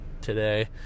today